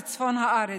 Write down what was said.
בצפון הארץ.